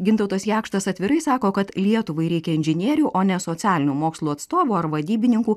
gintautas jakštas atvirai sako kad lietuvai reikia inžinierių o ne socialinių mokslų atstovų ar vadybininkų